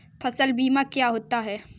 फसल बीमा क्या होता है?